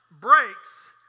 breaks